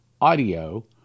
audio